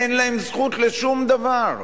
אין להם זכות לשום דבר,